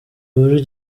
muri